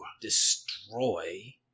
Destroy